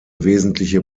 wesentliche